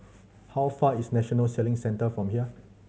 how far is National Sailing Centre from here